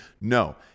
No